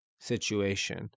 situation